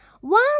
One